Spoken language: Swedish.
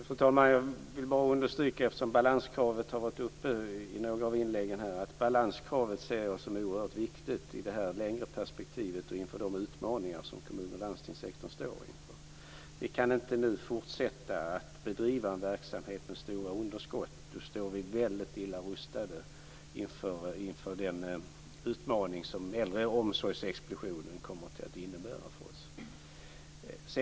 Fru talman! Eftersom balanskravet har tagits upp i några av inläggen vill jag understryka att jag ser det som oerhört viktigt i det längre perspektivet och inför de utmaningar som kommun och landstingssektorn står inför. Vi kan inte fortsätta att bedriva en verksamhet med stora underskott. Då står vi mycket illa rustade inför den utmaning som explosionen inom äldreomsorgen kommer att innebära för oss.